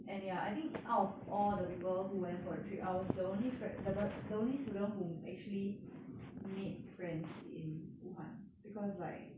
and ya I think out of all the people who went for the trip I was the only fri~ the per~ the only student who actually made friends in wu han because like